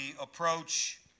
approach